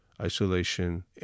isolation